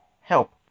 help